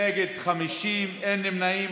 נגד, 50, אין נמנעים.